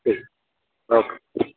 ठीक ओके